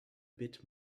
bit